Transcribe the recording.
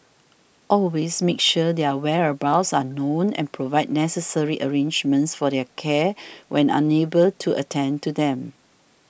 always make sure their whereabouts are known and provide necessary arrangements for their care when unable to attend to them